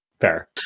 fair